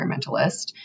environmentalist